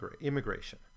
immigration